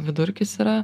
vidurkis yra